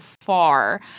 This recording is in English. far